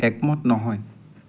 একমত নহয়